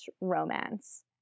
romance